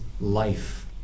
life